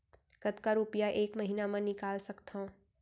कतका रुपिया एक महीना म निकाल सकथव?